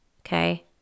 Okay